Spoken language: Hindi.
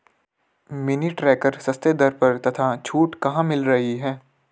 मिनी ट्रैक्टर सस्ते दर पर तथा छूट कहाँ मिल रही है?